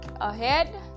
ahead